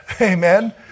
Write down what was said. Amen